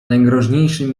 najgroźniejszym